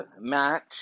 match